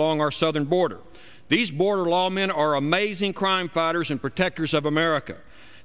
along our southern border these border lawmen are amazing crime fighters and protectors of america